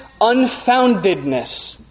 unfoundedness